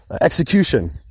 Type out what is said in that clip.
execution